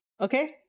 okay